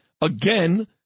again